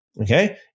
Okay